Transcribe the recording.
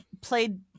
played